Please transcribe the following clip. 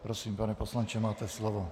Prosím, pane poslanče, máte slovo.